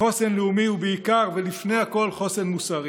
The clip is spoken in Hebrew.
חוסן לאומי הוא בעיקר ולפני הכול חוסן מוסרי,